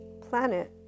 planet